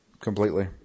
completely